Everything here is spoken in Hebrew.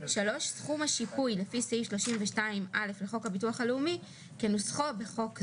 (3)סכום השיפוי לפי סעיף 32(א) לחוק הביטוח הלאומי כנוסחו בחוק זה.